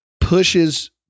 pushes